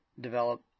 develop